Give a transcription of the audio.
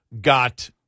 got